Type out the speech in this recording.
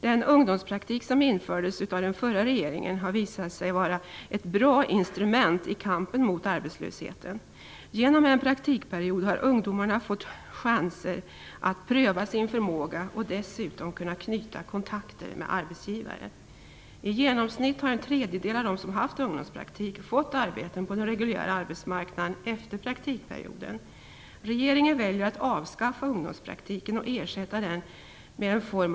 Den ungdomspraktik som infördes av den förra regeringen har visat sig vara ett bra instrument i kampen mot arbetslösheten. Genom en praktikperiod har ungdomarna fått chanser att pröva sin förmåga och dessutom kunnat knyta kontakter med arbetsgivare. I genomsnitt har en tredjedel av dem som haft ungdomspraktik fått arbeten på den reguljära arbetsmarknaden efter praktikperioden.